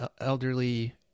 elderly